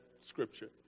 scripture